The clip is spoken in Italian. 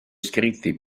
scritti